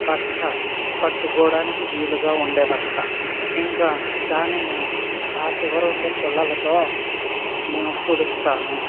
బట్ట పట్టుకోవడానికి వీలుగా ఉండే బట్ట ఇంకా దానిని ఆ చివర ఉండే పుల్లలతో నేను తుడుస్తాను